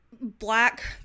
black